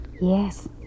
Yes